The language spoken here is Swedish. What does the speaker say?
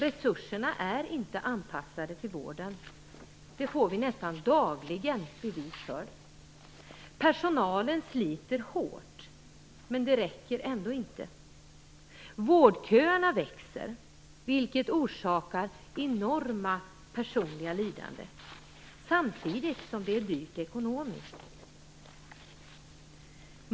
Resurserna är inte anpassade till behoven. Det får vi dagligen bevis för. Personalen sliter hårt men det räcker ändå inte. Vårdköerna växer, vilket orsakar enorma personliga lidanden, samtidigt som det är dyrt ekonomiskt.